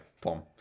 Pom